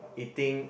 eating